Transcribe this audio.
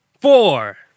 four